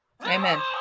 Amen